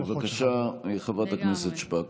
בבקשה, חברת הכנסת שפק.